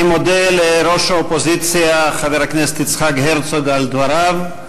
אני מודה לראש האופוזיציה חבר הכנסת יצחק הרצוג על דבריו.